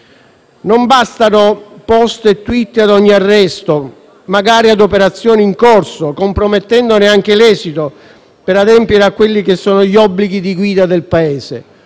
non bastano *post* e *tweet* ad ogni arresto, magari ad operazioni in corso, compromettendone anche l'esito, per adempiere agli obblighi di guida del Paese.